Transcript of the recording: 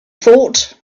thought